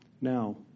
Now